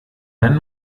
wenn